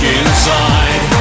inside